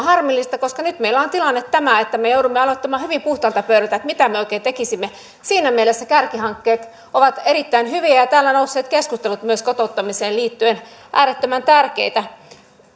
harmillista koska nyt meillä on tilanne tämä että me joudumme aloittamaan hyvin puhtaalta pöydältä mitä me oikein tekisimme siinä mielessä kärkihankkeet ovat erittäin hyviä ja ja täällä nousseet keskustelut myös kotouttamiseen liittyen äärettömän tärkeitä